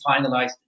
finalized